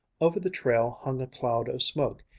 over the trail hung a cloud of smoke,